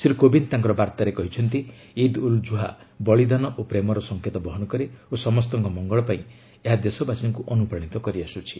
ଶ୍ରୀ କୋବିନ୍ଦ ତାଙ୍କର ବାର୍ତ୍ତାରେ କହିଛନ୍ତି ଇଦ୍ ଉଲ୍ ଜୁହା ବଳୀଦାନ ଓ ପ୍ରେମର ସଂକେତ ବହନ କରେ ଓ ସମସ୍ତଙ୍କର ମଙ୍ଗଳ ପାଇଁ ଏହା ଦେଶବାସୀଙ୍କୁ ଅନୁପ୍ରାଣିତ କରିଆସୁଛି